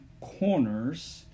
corners